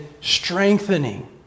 strengthening